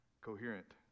coherent